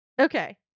Okay